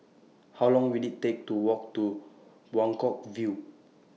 How Long Will IT Take to Walk to Buangkok View